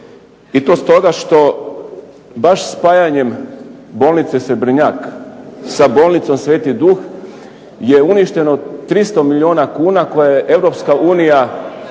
i to stoga što baš spajanjem Bolnice "Srebrnjak" sa Bolnicom "Sv. Duh" je uništeno 300 milijuna kuna koje je Europska unija